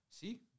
See